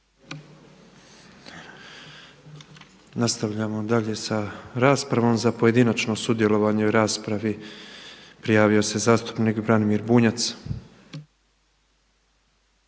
Nastavljamo dalje sa raspravom. Za pojedinačno sudjelovanje u raspravi prijavio se zastupnik Branimir Bunjac.